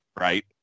right